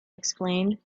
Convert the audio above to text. explained